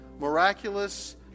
miraculous